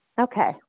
Okay